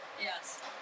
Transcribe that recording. yes